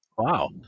Wow